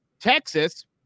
Texas